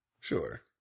Sure